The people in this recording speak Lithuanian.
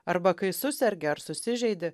arba kai susergi ar susižeidi